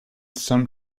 some